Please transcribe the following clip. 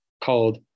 called